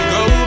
go